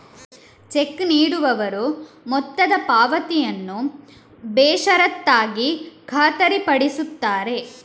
check ನೀಡುವವರು ಮೊತ್ತದ ಪಾವತಿಯನ್ನು ಬೇಷರತ್ತಾಗಿ ಖಾತರಿಪಡಿಸುತ್ತಾರೆ